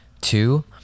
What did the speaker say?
two